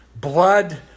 blood